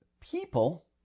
people